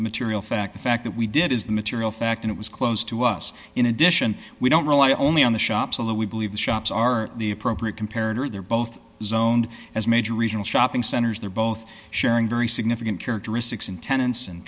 a material fact the fact that we did is the material fact it was close to us in addition we don't rely only on the shops although we believe the shops are the appropriate compared or they're both zoned as major regional shopping centers they're both sharing very significant characteristics in tenants